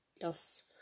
yes